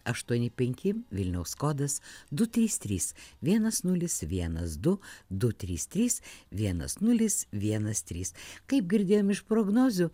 aštuoni penki vilniaus kodas du trys trys vienas nulis vienas du du trys trys vienas nulis vienas trys kaip girdėjom iš prognozių